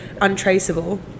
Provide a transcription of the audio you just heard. untraceable